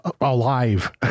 alive